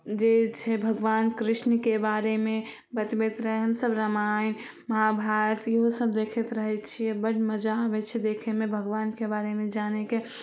जे छै भगवान कृष्णके बारेमे बतबैत रहै हमसभ रामायण महाभारत इहोसब देखैत रहै छिए बड्ड मजा आबै छै देखैमे भगवानके बारेमे जानैके